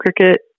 cricket